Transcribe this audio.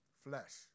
flesh